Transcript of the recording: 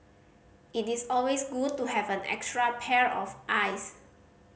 it is always good to have an extra pair of eyes